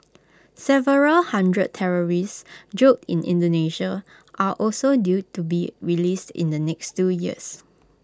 several hundred terrorists jailed in Indonesia are also due to be released in the next two years